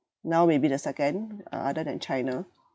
now maybe the second uh other than china